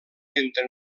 entre